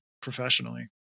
professionally